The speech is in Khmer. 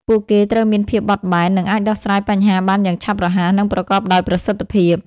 ពួកគេត្រូវមានភាពបត់បែន និងអាចដោះស្រាយបញ្ហាបានយ៉ាងឆាប់រហ័ស និងប្រកបដោយប្រសិទ្ធភាព។